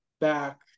back